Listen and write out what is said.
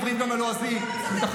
גם העברי וגם הלועזי מתאחדים,